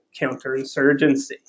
counterinsurgency